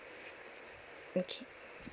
okay